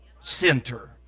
center